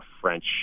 French